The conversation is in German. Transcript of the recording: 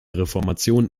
reformation